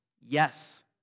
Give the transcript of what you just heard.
Yes